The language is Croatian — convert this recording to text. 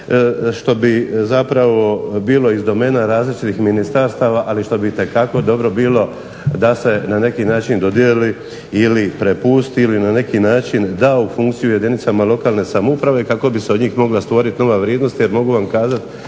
što bi zapravo bilo iz domena različitih ministarstava, ali što bi itekako dobro bilo da se na neki način dodijeli ili prepusti ili na neki način da u funkciju jedinicama lokalne samouprave kako bi se od njih mogla stvoriti nova vrijednost te mogu vam kazati